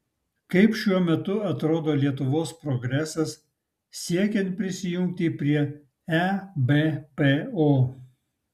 kaip šiuo metu atrodo lietuvos progresas siekiant prisijungti prie ebpo